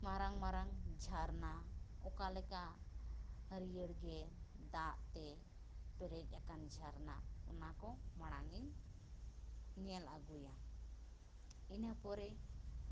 ᱢᱟᱨᱟᱝᱼᱢᱟᱨᱟᱝ ᱡᱷᱟᱨᱱᱟ ᱚᱠᱟᱞᱮᱠᱟ ᱦᱟᱹᱨᱭᱟᱹᱲᱜᱮ ᱫᱟᱜᱛᱮ ᱯᱮᱨᱮᱡ ᱟᱠᱟᱱ ᱡᱷᱟᱨᱱᱟ ᱚᱱᱟᱠᱚ ᱢᱟᱲᱟᱝᱤᱧ ᱧᱮᱞ ᱟᱹᱜᱩᱭᱟ ᱤᱱᱟᱹᱯᱚᱨᱮ